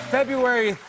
February